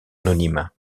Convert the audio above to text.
anonyme